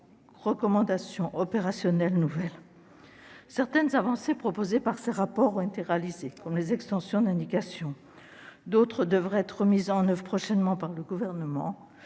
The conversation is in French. recommandations opérationnelles nouvelles. Certaines avancées proposées par ces rapports ont été réalisées, comme les extensions d'indications. D'autres devraient être mises en oeuvre prochainement par le Gouvernement,